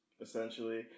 essentially